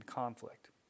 conflict